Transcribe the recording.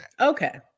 Okay